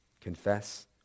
confess